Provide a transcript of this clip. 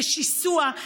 לשיסוע,